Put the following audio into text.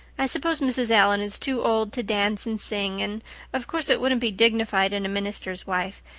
i suppose mrs. allan is too old to dance and sing and of course it wouldn't be dignified in a minister's wife.